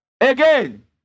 Again